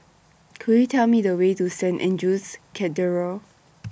Could YOU Tell Me The Way to Saint Andrew's Cathedral